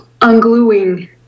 ungluing